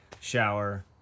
shower